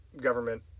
government